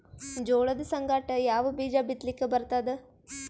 ಜೋಳದ ಸಂಗಾಟ ಯಾವ ಬೀಜಾ ಬಿತಲಿಕ್ಕ ಬರ್ತಾದ?